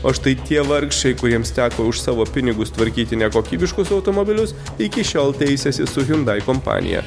o štai tie vargšai kuriems teko už savo pinigus tvarkyti nekokybiškus automobilius iki šiol teisiasi su hiundai kompanija